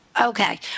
Okay